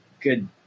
good